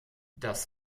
das